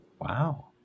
Wow